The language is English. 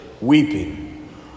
weeping